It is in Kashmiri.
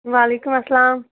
وعلیکُم السلام